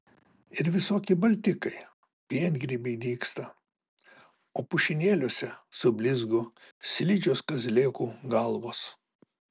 ir visokie baltikai piengrybiai dygsta o pušynėliuose sublizgo slidžios kazlėkų galvos